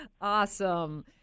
awesome